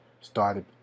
started